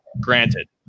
Granted